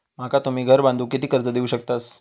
माका तुम्ही घर बांधूक किती कर्ज देवू शकतास?